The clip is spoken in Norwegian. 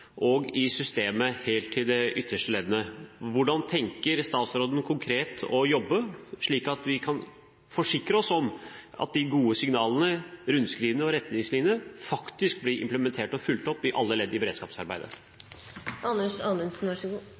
og i systemet helt til de ytterste leddene. Hvordan tenker statsråden konkret å jobbe, slik at han kan forsikre oss om at de gode signalene, rundskrivene og retningslinjene faktisk blir implementert og fulgt opp i alle ledd i